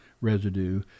residue